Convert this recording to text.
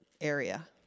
area